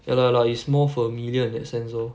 ya lor lor it's more familiar in that sense lor